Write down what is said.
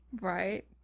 right